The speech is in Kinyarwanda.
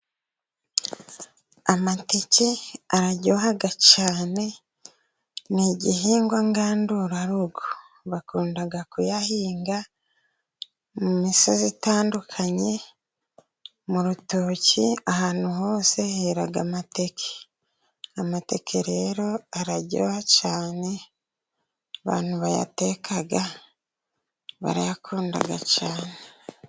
Amateke araryoha cyane, ni igihingwa ngandurarugo. Bakunda kuyahinga mu misozi itandukanye, mu rutoki ahantu hose hera amateke. Amateke rero araryoha cyane, abantu bayateka barayakunda cyane.